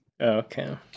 Okay